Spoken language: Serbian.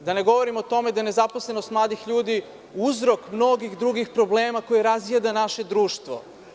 Da ne govorim o tome da je nezaposlenost mladih ljudi uzrok mnogih drugih problema koji razjedaju naše društvo.